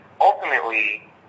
ultimately